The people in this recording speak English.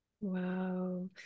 Wow